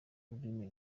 rurimi